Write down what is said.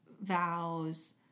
vows